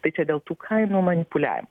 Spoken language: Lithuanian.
tai čia dėl tų kainų manipuliavimo